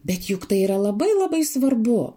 bet juk tai yra labai labai svarbu